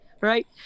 right